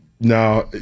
Now